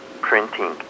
printing